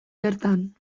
bertan